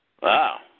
Wow